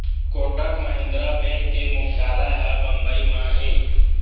Kotak Mahindra bank के मुख्यालय ह बंबई म हे